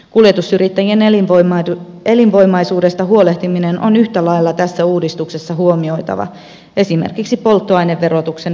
kuljetusyrittäjien elinvoimaisuudesta huolehtiminen on yhtä lailla tässä uudistuksessa huomioitava esimerkiksi polttoaineverotuksen palautusjärjestelmän kautta